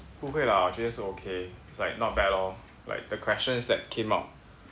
不会啦我觉得是 okay it's like not bad orh like the questions that came out